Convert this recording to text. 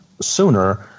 sooner